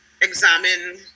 examine